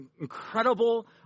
incredible